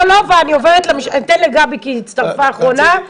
אני אתן לגבי כי היא הצטרפה אחרונה,